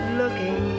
looking